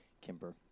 Kimber